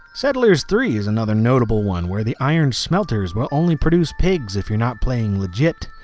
settlers three is another notable one, where the iron smelters will only produce pigs if you're not playing legit.